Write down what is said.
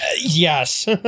Yes